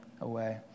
away